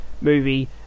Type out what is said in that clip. movie